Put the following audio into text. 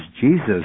Jesus